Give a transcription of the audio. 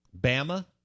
Bama